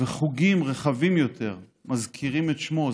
וחוגים רחבים יותר מזכירים את שמו,